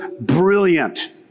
brilliant